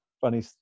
funny